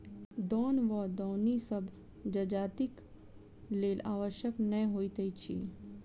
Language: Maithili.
दौन वा दौनी सभ जजातिक लेल आवश्यक नै होइत अछि